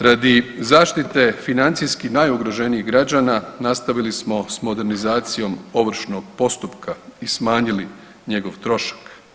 Radi zaštite financijski najugroženijih građana nastavili smo s modernizacijom ovršnog postupka i smanjili njegov trošak.